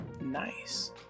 Nice